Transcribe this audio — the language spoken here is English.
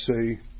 say